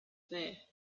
there